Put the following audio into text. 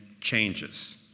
changes